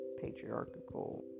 patriarchal